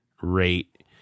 rate